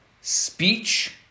speech